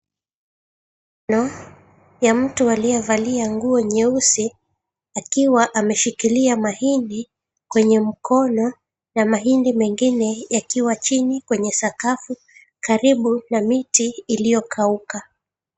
....ya mtu aliyevalia nguo nyeusi akiwa ameshikilia mahindi kwenye mkono na mahindi mengine yakiwa chini kwenye sakafu karibu na miti iliyokauka.